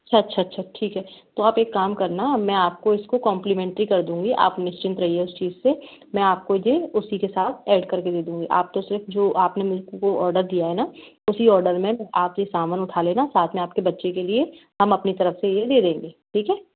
अच्छा अच्छा अच्छा ठीक है तो एक काम करना मैं आपको इसको कॉम्प्लीमेंटरी कर दूँगी आप निश्चिंत रहिए उसे चीज़ से मैं आपको ये उसीके साथ ऐड करके दे दूँगी आप तो सिर्फ़ आपने जो मुझको ऑर्डर दिया है ना उसी आर्डर में आप ये सामान उठा लेना साथ में आपके बच्चे के लिए हम अपनी तरफ़ से ये दे देंगे ठीक है